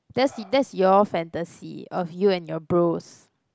that's the that's your fantasy of you and your bros